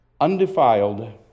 undefiled